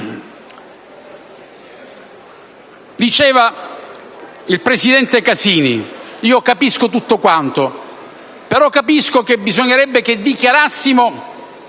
Diceva il Presidente Casini: io capisco tutto quanto, però capisco che bisognerebbe che dichiarassimo